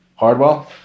Hardwell